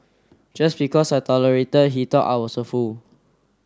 just because I tolerated he thought I was a fool